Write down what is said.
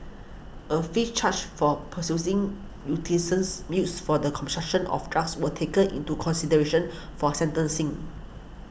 a fifth charge for possessing U T since used for the consumption of drugs were taken into consideration for sentencing